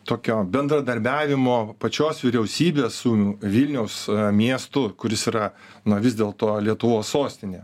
tokio bendradarbiavimo pačios vyriausybės su vilniaus miestu kuris yra na vis dėlto lietuvos sostinė